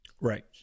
Right